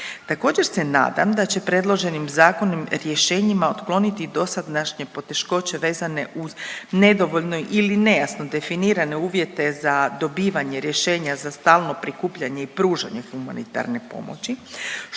Također se nadam da će predloženim zakonim, rješenjima otkloniti dosadašnje poteškoće vezane uz nedovoljno ili nejasno definirane uvjete za dobivanje rješenja za stalno prikupljanje i pružanje humanitarne pomoći